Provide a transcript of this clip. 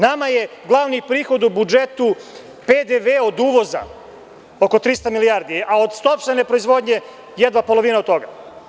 Nama je glavni prihod u budžetu PDV od uvoza, oko 300 milijardi, a od sopstvene proizvodnje jedva polovina od toga.